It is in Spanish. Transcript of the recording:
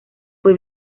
fue